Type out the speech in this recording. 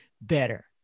better